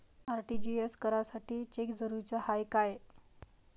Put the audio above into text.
RTGS करासाठी cheque जरुरीचा हाय काय?